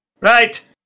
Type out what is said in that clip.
Right